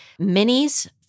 Minis